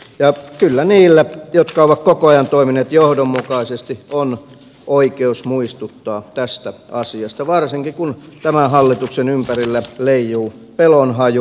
ja kyllä niillä jotka ovat koko ajan toimineet johdonmukaisesti on oikeus muistuttaa tästä asiasta varsinkin kun tämän hallituksen ympärillä leijuu pelon haju